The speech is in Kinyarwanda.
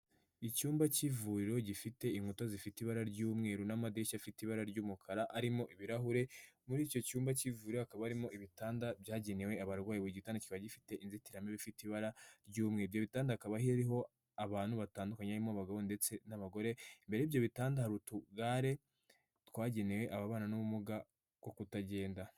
Icyumba cy'ivuriro gifite inkuta zifite ibara ry'umweru n'amadirishya afite ibara ry'umukara arimo ibirahure, muri icyo cyumba kivuriro hakaba harimo ibitanda byagenewe abarwayi, buri igitanda kiba gifite inzitiramibu ifite ibara ry'umweru, ibyo bitanda hakaba hariho abantu batandukanye harimo abagabo ndetse n'abagore, imbere y'ibyo bitanda hariro utugare twagenewe ababana n'ubumuga bwo kutagenda.